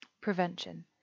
Prevention